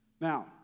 Now